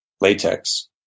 latex